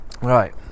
right